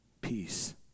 peace